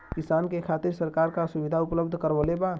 किसान के खातिर सरकार का सुविधा उपलब्ध करवले बा?